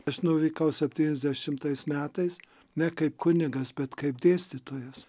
aš nuvykau septyniasdešimtais metais ne kaip kunigas bet kaip dėstytojas